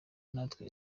natwe